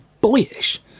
boyish